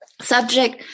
subject